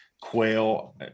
quail